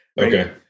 okay